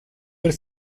per